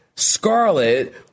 Scarlet